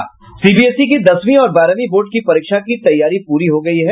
CBSE की दसवीं और बारहवीं बोर्ड की परीक्षा की तैयारी पूरी हो गयी है